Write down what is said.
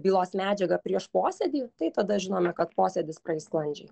bylos medžiaga prieš posėdį tai tada žinome kad posėdis praeis sklandžiai